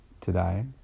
today